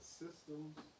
system's